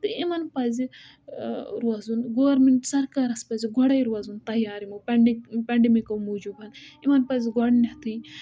تہٕ یِمَن پزِ روزُن گُورمیٚنٛٹ سرکارَس پزِ گۄڈے روزُن تیار یِمو پیٚنٛڈ پیٚنٛڈَیمِک کیٛو موٗجوٗب یِمَن پزِ گۄڈنیٚتھٕے